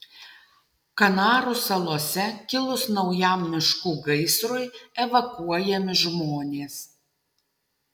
kanarų salose kilus naujam miškų gaisrui evakuojami žmonės